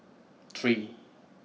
three